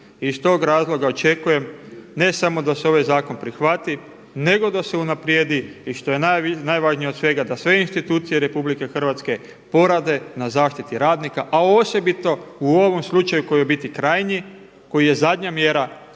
I iz tog razloga očekujem ne samo da se ovaj zakon prihvati nego da se unaprijedi i što je najvažnije od svega da sve institucije RH porade na zaštiti radnika a osobito u ovom slučaju koji je u biti krajnji, koji je zadnja mjera